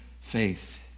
faith